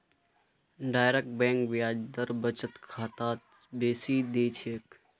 direct bank ब्याज दर बचत खातात बेसी दी छेक